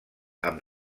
amb